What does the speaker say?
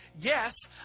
Yes